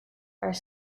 are